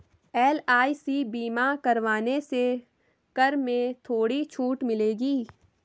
LIC बीमा करवाने से कर में थोड़ी छूट मिलेगी